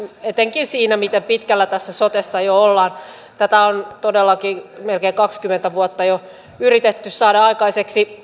etenkin siinä miten pitkällä tässä sotessa jo ollaan tätä on todellakin melkein kaksikymmentä vuotta jo yritetty saada aikaiseksi